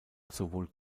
sowohl